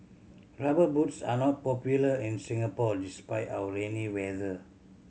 Rubber Boots are not popular in Singapore despite our rainy weather